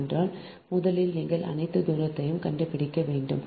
ஏனென்றால் முதலில் நீங்கள் அனைத்து தூரங்களையும் கண்டுபிடிக்க வேண்டும்